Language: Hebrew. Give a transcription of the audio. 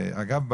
אגב,